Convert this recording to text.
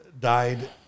died